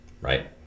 right